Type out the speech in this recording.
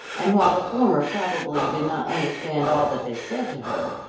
and while the former probably did not understand all that they said to her,